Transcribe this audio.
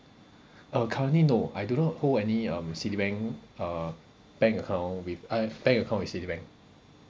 uh currently no I do not hold any um Citibank uh bank account with uh bank account with Citibank